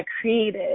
created